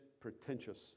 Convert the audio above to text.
pretentious